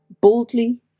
Boldly